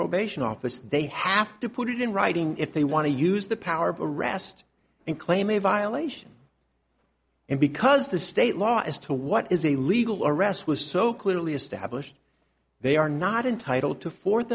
probation office they have to put it in writing if they want to use the power of arrest and claim a violation and because the state law as to what is a legal arrest was so clearly established they are not entitled to fourth